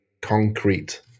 concrete